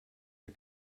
der